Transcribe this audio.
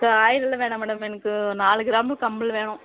இப்போ காயினெல்லாம் வேணாம் மேடம் எனக்கு நாலு கிராமில் கம்மல் வேணும்